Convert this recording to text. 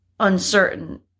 uncertain